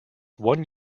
one